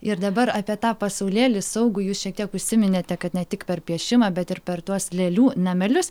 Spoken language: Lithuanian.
ir dabar apie tą pasaulėlį saugų jūs šiek tiek užsiminėte kad ne tik per piešimą bet ir per tuos lėlių namelius